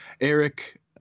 Eric